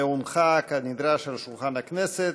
והונחה כנדרש על שולחן הכנסת.